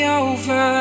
over